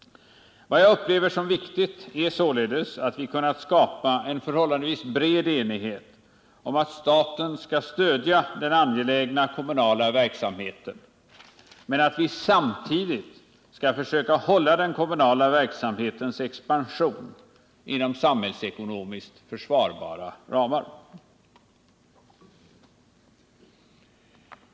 Vad jag upplever som viktigt är således att vi kunnat skapa en förhållandevis bred enighet om att staten skall stödja den angelägna kommunala verksamheten, men att vi samtidigt måste försöka hålla den kommunala verksamhetens expansion inom samhällsekonomiskt försvarbara ramar.